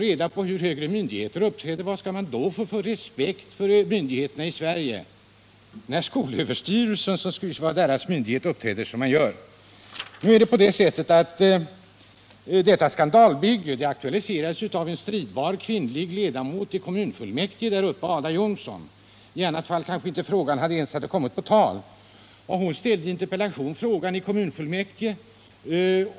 Vad skall de få för respekt för myndigheterna i Sverige, när skolöverstyrelsen som skall vara deras myndighet uppträder som den gör? Detta skandalbygge aktualiserades av en stridbar kvinnlig ledamot i kommunfullmäktige, Ada Jonsson. I annat fall kanske frågan inte ens hade kommit på tal. Ada Jonsson ville ställa vissa frågor i en interpellation.